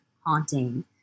haunting